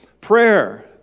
Prayer